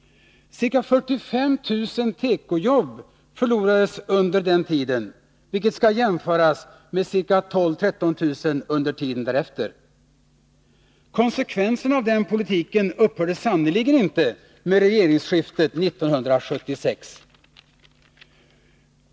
Ca 45 000 tekojobb förlorades under den tiden, vilket skall jämföras med ca 12 000-13 000 under tiden därefter. Konsekvenserna av den politiken upphörde sannerligen inte med regeringsskiftet 1976.